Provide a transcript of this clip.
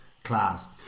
class